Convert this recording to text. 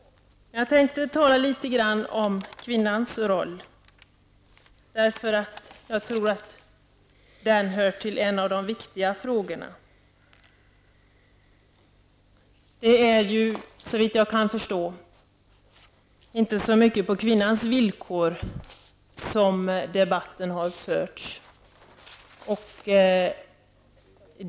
Så vill jag tala litet om kvinnans roll, för jag tror att den hör till de viktiga frågorna. Såvitt jag förstår är det inte så mycket på kvinnans villkor som debatten har förts.